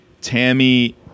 Tammy